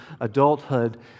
adulthood